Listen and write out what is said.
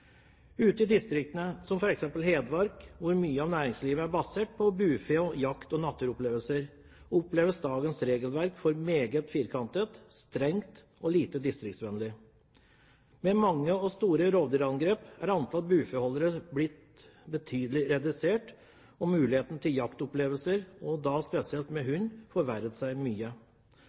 Ute i distriktene, som f.eks. Hedmark, hvor mye av næringslivet er basert på bufe, jakt og naturopplevelser, oppleves dagens regelverk som meget firkantet, strengt og lite distriktsvennlig. Med mange og store rovdyrangrep er antall bufeholdere blitt betydelig redusert, og muligheten til jaktopplevelser, og da spesielt med hund, har forverret seg mye.